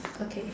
okay